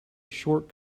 short